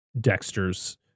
Dexters